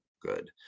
good